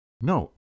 No